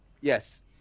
Yes